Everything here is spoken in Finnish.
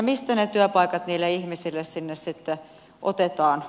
mistä ne työpaikat niille ihmisille sinne sitten otetaan